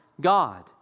God